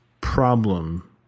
problem